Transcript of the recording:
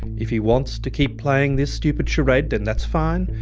if he wants to keep playing this stupid charade, then that's fine.